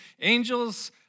angels